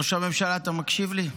ראש הממשלה, אתה מקשיב לי?